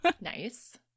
Nice